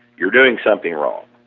you are doing something wrong,